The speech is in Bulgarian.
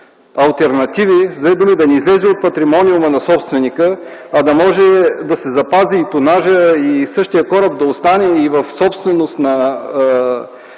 алтернативи, с две думи, да не излезе от патримониума на собственика, а да може да се запази тонажът и същият кораб да остане в собственост на